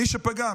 מי שפגע,